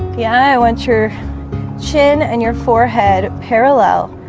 yeah, i want your chin and your forehead parallel